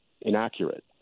inaccurate